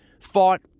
fought